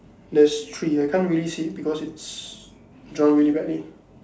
there's three I can't really see it because it's drawn really badly